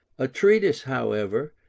a treatise, however,